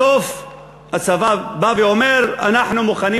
בסוף הצבא בא ואומר: אנחנו מוכנים